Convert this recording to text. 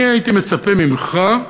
אני הייתי מצפה ממך,